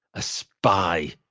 a spy!